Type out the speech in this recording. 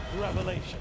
revelation